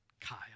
Kyle